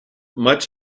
much